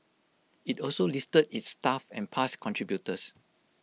IT also listed its staff and past contributors